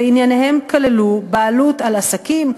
וענייניהם כללו בעלות על עסקים,